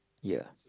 yeah